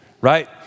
right